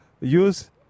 use